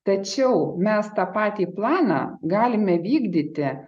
tačiau mes tą patį planą galime vykdyti